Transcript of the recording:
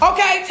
Okay